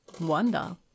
wonder